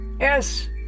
Yes